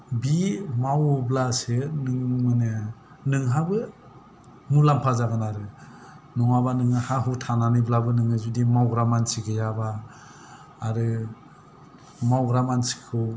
बे मावोब्लासो नों माने नोंहाबो मुलाम्फा जागोन आरो नङाबा नोङो हा हु थानानैब्लाबो नोङो जुदि मावग्रा मानसि गैयाबा आरो मावग्रा मानसिखौ